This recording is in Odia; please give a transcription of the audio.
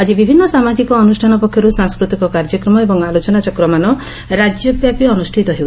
ଆକି ବିଭିନ୍ନ ସାମାଜିକ ଅନୁଷାନ ପକ୍ଷରୁ ସାଂସ୍କୃତିକ କାର୍ଯ୍ୟକ୍ରମ ଏବଂ ଆଲୋଚନାଚକ୍ରମାନ ରାଜ୍ୟବ୍ୟାପି ଅନୁଷ୍ପିତ ହେଉଛି